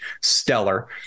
stellar